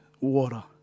water